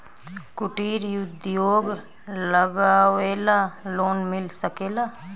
कुटिर उद्योग लगवेला लोन मिल सकेला?